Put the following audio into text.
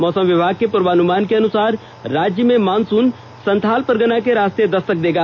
मौसम विभाग के पूर्वानुमान के अनुसार राज्य में मानसून संताल परगना के रास्ते दस्तक देगा